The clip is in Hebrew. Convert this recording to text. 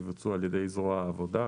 יבוצעו על ידי זרוע העבודה.